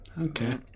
Okay